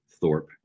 Thorpe